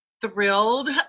thrilled